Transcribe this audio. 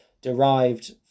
derived